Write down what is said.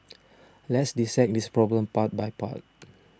let's dissect this problem part by part